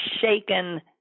shaken